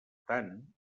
tant